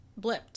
blipped